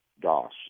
DOS